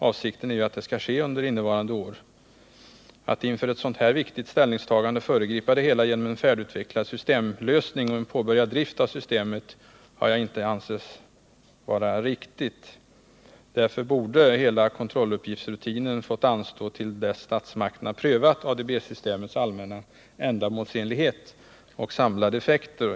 Avsikten är att det skall ske under innevarande år. Att inför ett sådant här viktigt ställningstagande föregripa frågans behandling genom en färdigutvecklad systemlösning och en påbörjad drift av systemet har jag inte ansett vara riktigt. Därför borde hela frågan om kontrolluppgiftsrutinen ha fått anstå till dess statsmakterna prövat ADB systemets allmänna ändamålsenlighet och samlade effekter.